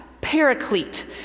paraclete